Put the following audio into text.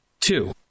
Two